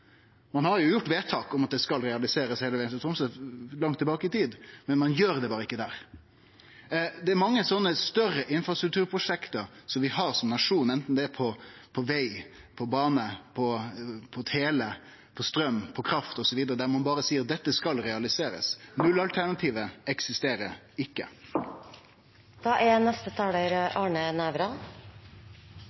Ein har gjort vedtak – langt tilbake i tid – om at det skal bli realisert heile vegen til Tromsø, men ein gjer det berre ikkje der. Det er mange slike større infrastrukturprosjekt vi har som nasjon, anten det er veg, bane, tele, straum, kraft, osv., der ein berre seier at dette skal bli realisert. Null-alternativet eksisterer ikkje. Jeg tror det er